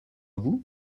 vous